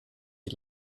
die